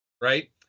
right